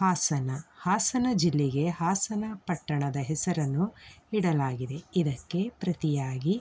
ಹಾಸನ ಹಾಸನ ಜಿಲ್ಲೆಗೆ ಹಾಸನ ಪಟ್ಟಣದ ಹೆಸರನ್ನು ಇಡಲಾಗಿದೆ ಇದಕ್ಕೆ ಪ್ರತಿಯಾಗಿ